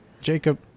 Jacob